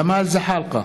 בעד ג'מאל זחאלקה,